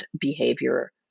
behavior